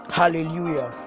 hallelujah